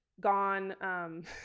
gone